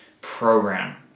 Program